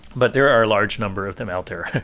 but there are large number of them out there,